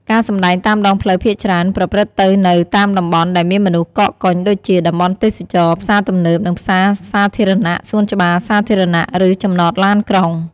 ការសម្ដែងតាមដងផ្លូវភាគច្រើនប្រព្រឹត្តទៅនៅតាមតំបន់ដែលមានមនុស្សកកកុញដូចជា តំបន់ទេសចរណ៍ ផ្សារទំនើប និងផ្សារសាធារណៈ សួនច្បារសាធារណៈ ឬចំណតឡានក្រុង។